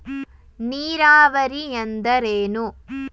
ನೀರಾವರಿ ಎಂದರೇನು?